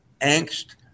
angst